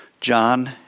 John